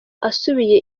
asubiye